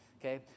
okay